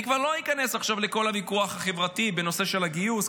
אני כבר לא נכנס עכשיו לכל הוויכוח החברתי בנושא של הגיוס,